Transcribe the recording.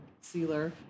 sealer